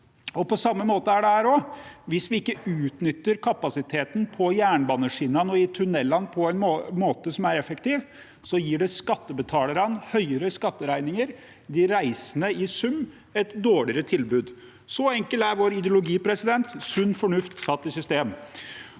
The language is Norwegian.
på samme måte i denne saken. Hvis vi ikke utnytter kapasiteten på jernbaneskinnene og i tunnelene på en måte som er effektiv, gir det skattebetalerne høyere skatteregninger og de reisende i sum et dårligere tilbud. Så enkel er vår ideologi – sunn fornuft satt i system.